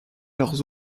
leurs